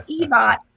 Ebot